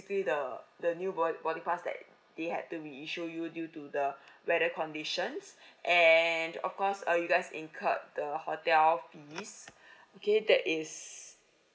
the the new boarding pass that they had to reissue you due to the weather conditions and of course uh you guys incurred the hotel fees okay that is